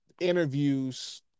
interviews